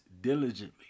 diligently